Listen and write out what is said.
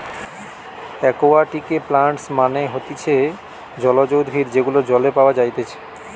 একুয়াটিকে প্লান্টস মানে হতিছে জলজ উদ্ভিদ যেগুলো জলে পাওয়া যাইতেছে